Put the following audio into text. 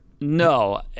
No